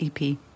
EP